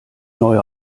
neuer